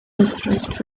distrust